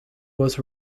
was